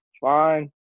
fine